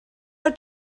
our